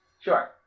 Sure